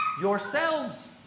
yourselves